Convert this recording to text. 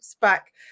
back